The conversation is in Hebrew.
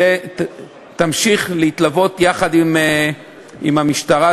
תמשיך להתלוות על-ידי המשטרה,